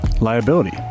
liability